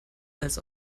als